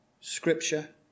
scripture